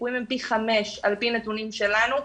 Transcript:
הם פי חמישה על פי נתונים שלנו.